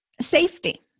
Safety